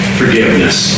forgiveness